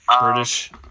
British